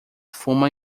fuma